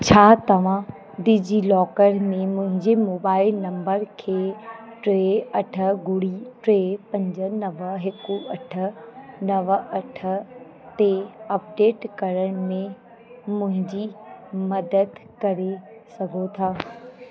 छा तव्हां डिजीलॉकर में मुहिंजे मोबाइल नम्बर खे टे अठ ॿुड़ी टे पंज नव हिकु अठ नव अठ ते अपडेट करण में मुंहिंजी मदद करे सघो था